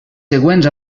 següents